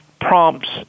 prompts